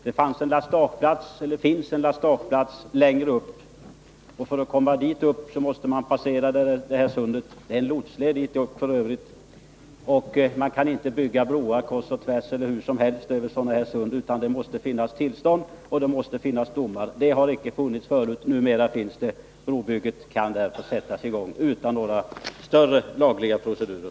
Det finns en lastageplats längre upp, och för att komma dit måste man passera det här sundet — det är f. ö. en lotsled. Man kan ju inte bygga broar kors och tvärs över sådana här sund, utan det måste finnas tillstånd och det måste finnas domar. Detta har icke funnits förut, men numera finns det. Brobygget kan därför sättas i gång utan några större lagliga procedurer.